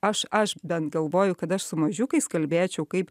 aš aš bent galvoju kad aš su mažiukais kalbėčiau kaip